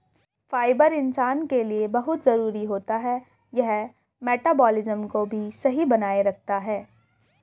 fibre इंसान के लिए बहुत जरूरी होता है यह मटबॉलिज़्म को भी सही बनाए रखता है